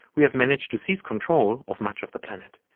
we have managed to seize control of much of the planet.